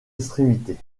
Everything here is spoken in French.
extrémités